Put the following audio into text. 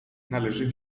należy